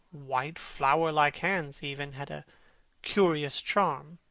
white, flowerlike hands, even, had a curious charm.